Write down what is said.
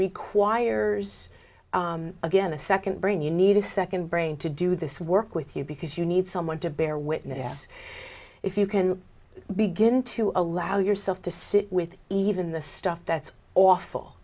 requires again a second brain you need a second brain to do this work with you because you need someone to bear witness if you can begin to allow yourself to sit with even the stuff that's awful